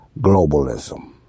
globalism